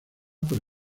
por